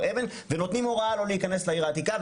הרב אבן ונותנים הוראה לא להיכנס לעיר העתיקה.